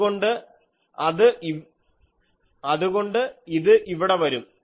അതുകൊണ്ട് ഇത് ഇവിടെ വരും